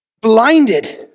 blinded